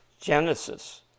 Genesis